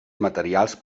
materials